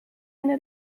eine